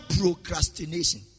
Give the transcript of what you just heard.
procrastination